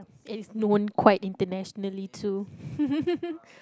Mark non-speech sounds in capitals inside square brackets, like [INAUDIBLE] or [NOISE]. it is known quite internationally too [LAUGHS]